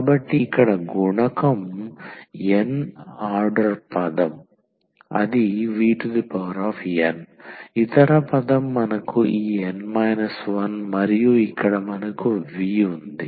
కాబట్టి ఇక్కడ గుణకం n వ ఆర్డర్ పదం vn ఇతర పదం మనకు ఈ n 1 మరియు ఇక్కడ మనకు v ఉంది